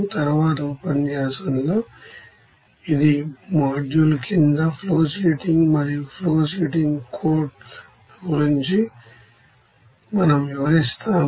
తరువాత ఉపన్యాసంలో ఇదే మాడ్యూల్ కింద ఫ్లోషీటింగ్ మరియు ఫ్లోషీటింగ్ కోడ్ ల గురించి మనం వివరిస్తాం